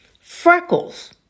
freckles